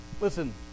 listen